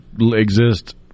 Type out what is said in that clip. exist